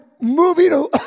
Moving